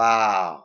Wow